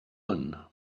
one